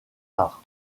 arts